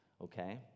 Okay